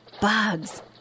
bugs